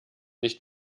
nicht